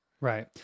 Right